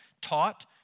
taught